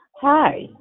Hi